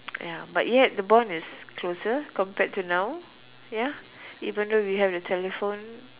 ya but yet the bond is closer compared to now ya even though we have the telephone